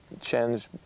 change